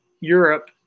Europe